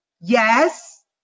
Yes